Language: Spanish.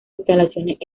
instalaciones